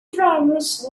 drivers